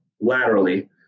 laterally